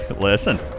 Listen